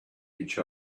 each